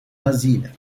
asile